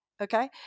okay